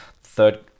third